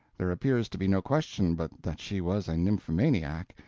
there appears to be no question but that she was a nymphomaniac,